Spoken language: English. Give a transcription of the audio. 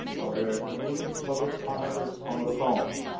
are there any public commenters on the phone?